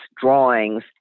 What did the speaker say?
drawings